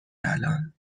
الان